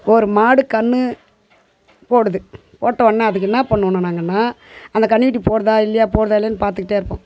ஒரு மாடு கன்று போடுது போட்டோடனே அதுக்கு என்ன பண்ணணும் நாங்கன்னால் அந்த கன்றுக்குட்டி போடுதா இல்லையா போடுதா இல்லையானு பார்த்துக்கிட்டே இருப்போம்